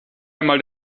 einmal